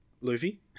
Luffy